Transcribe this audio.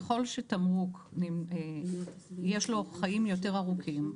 ככל שלתמרוק יש חיים יותר ארוכים,